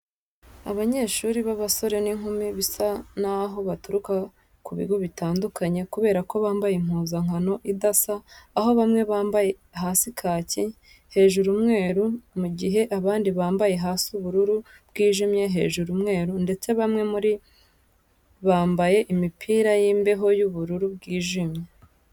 Abanyeshuri b'abasore n'inkumi bisa n'aho baturuka ku bigo bitandukanye kubera ko bambaye impuzankano idasa aho bamwe bambaye hasi kaki, hejuru umweru mu gihe abandi bambaye hasi ubururu bwijimye hejuru umweru ndetse bamwe muri bambaye imipira y'imbeho y'ubururu bwijimye.